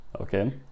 okay